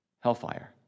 hellfire